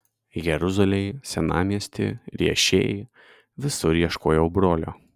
jeruzalėj senamiesty riešėj visur ieškojau brolio